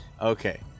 Okay